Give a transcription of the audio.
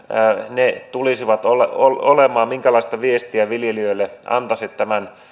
ne tulisivat olemaan minkälaista viestiä viljelijöille antaisitte tämän